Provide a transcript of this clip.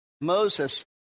Moses